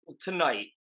tonight